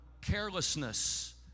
carelessness